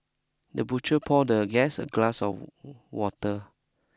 the butler pour the guest a glass of water